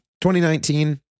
2019